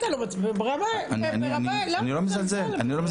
אני לא מזלזל.